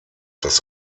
das